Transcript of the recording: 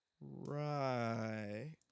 right